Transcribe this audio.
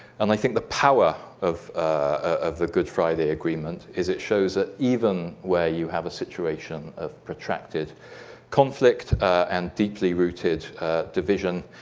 and i think the power of of the good friday agreement is it shows that even where you have a situation of protracted conflict and deeply-rooted division,